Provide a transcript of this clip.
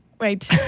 wait